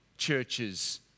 churches